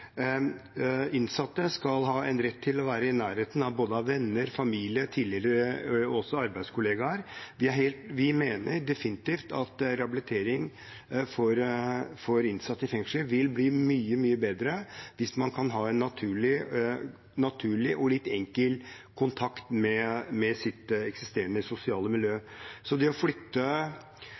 Innsatte skal ha en rett til å være i nærheten av både venner, familie og tidligere arbeidskollegaer. Vi mener definitivt at rehabilitering av innsatte i fengsel vil bli mye, mye bedre hvis man kan ha en naturlig og litt enkel kontakt med sitt eksisterende sosiale miljø. Selv om det å flytte